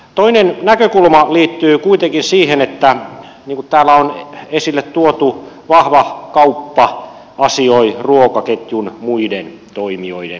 toinen näkökulma liittyy kuitenkin siihen niin kuin täällä on esille tuotu että vahva kauppa asioi ruokaketjun muiden toimijoiden kanssa